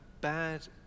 bad